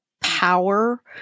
power